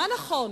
מה נכון: